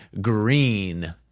green